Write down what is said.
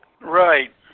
Right